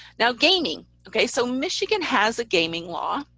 now gaming. okay, so michigan has a gaming law,